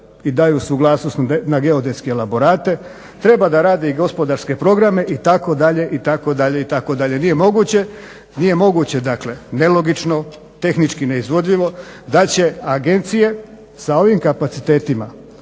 i daju suglasnost na geodetske elaborate, treba da rade i gospodarske programe itd., itd. Nije moguće dakle, nelogično, tehnički neizvodljivo da će agencije sa ovim kapacitetima